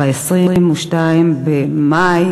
ב-22 במאי